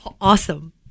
awesome